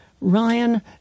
Ryan